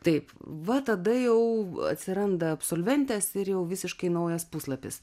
taip va tada jau atsiranda absolventės ir jau visiškai naujas puslapis